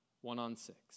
one-on-six